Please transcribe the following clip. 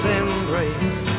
embrace